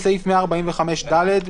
בסעיף 145(ד),